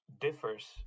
differs